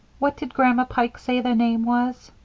what did grandma pike say the name was?